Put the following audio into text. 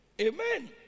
Amen